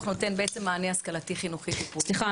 סליחה,